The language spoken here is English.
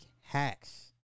Hacks